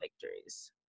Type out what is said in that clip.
victories